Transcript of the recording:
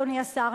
אדוני השר,